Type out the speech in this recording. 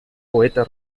poeta